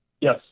Yes